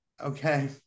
Okay